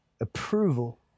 approval